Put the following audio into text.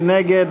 מי נגד?